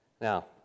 Now